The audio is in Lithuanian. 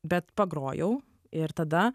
bet pagrojau ir tada